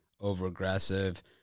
Over-aggressive